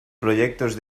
proyectos